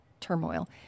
turmoil